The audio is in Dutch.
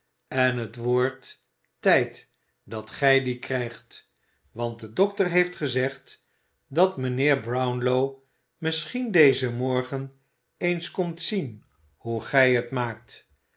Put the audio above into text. en het wordt tijd dat gij dien krijgt want de dokter heeft gezegd dat mijnheer brownlow misschien dezen morgen eens komt zien hoe gij het maakt